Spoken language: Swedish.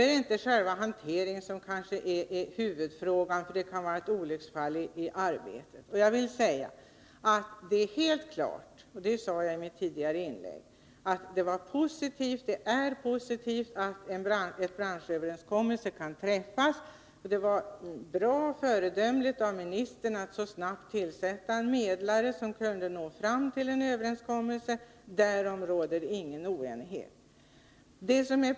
Det är inte själva hanteringen som är huvudfrågan. Det kan vara olycksfall iarbetet. Det är helt klart, det sade jag i mitt tidigare inlägg, att det är positivt att en branschöverenskommelse kan träffas. Det var föredömligt av ministern att så snabbt tillsätta en medlare som kunde nå fram till en överenskommelse. Därom råder ingen oenighet.